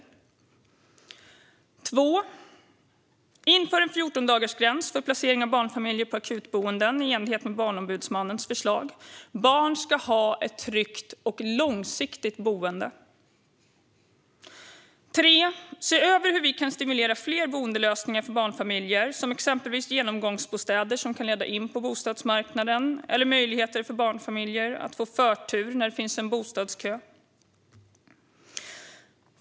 För det andra: Inför en 14-dagarsgräns för placering av barnfamiljer på akutboenden, i enlighet med Barnombudsmannens förslag. Barn ska ha ett tryggt och långsiktigt boende. För det tredje: Se över hur vi kan stimulera fler boendelösningar för barnfamiljer, exempelvis genomgångsbostäder som kan leda in på bostadsmarknader eller möjlighet för barnfamiljer att få förtur när det finns en bostadskö.